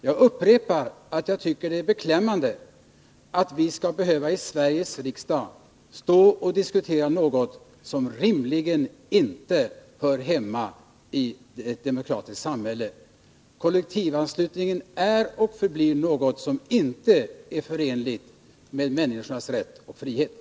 Jag upprepar att jag tycker det är beklämmande att vi i Sveriges riksdag skall behöva diskutera något som rimligen inte hör hemma i ett demokratiskt samhälle. Kollektivanslutningen är och förblir något som inte är förenligt med människans frioch rättigheter.